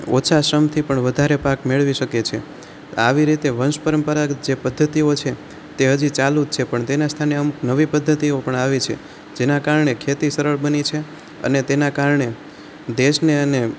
ઓછા શ્રમથી પણ વધારે પાક મેળવી શકે છે આવી રીતે વંશ પરંપરાગ જે પદ્ધતિઓ છે તે હજી ચાલું જ છે પણ તેના સ્થાને અમુક નવી પદ્ધતિઓ પણ આવી છે જેના કારણે ખેતી સરળ બની છે અને તેનાં કારણે દેશને અને